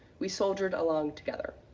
we soldiered along together.